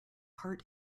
heart